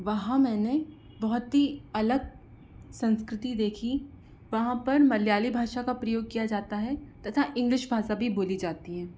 वहाँ मैंने बहुत ही अलग संस्कृति देखी वहाँ पर मलयाली भाषा का प्रयोग किया जाता है तथा इंग्लिश भाषा भी बोली जाती है